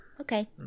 Okay